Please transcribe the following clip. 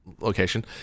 location